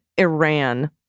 Iran